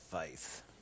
faith